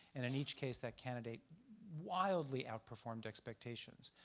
and in each case that candidate wildly outperformed expectations,